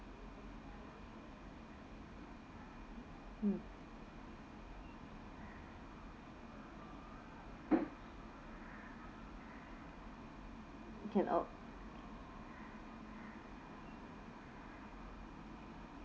mm okay